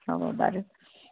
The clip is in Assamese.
হ'ব বাৰু